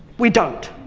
we don't.